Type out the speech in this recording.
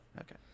Okay